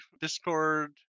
Discord